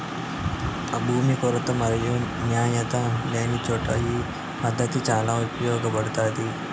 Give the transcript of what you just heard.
భూమి కొరత మరియు నాణ్యత లేనిచోట ఈ పద్దతి చాలా ఉపయోగపడుతాది